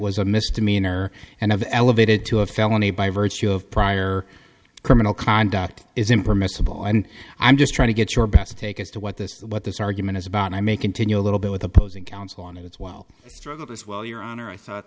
was a misdemeanor and elevated to a felon by virtue of prior criminal conduct is impermissible and i'm just trying to get your best take as to what this what this argument is about and i may continue a little bit with opposing counsel and it's well as well your honor i thought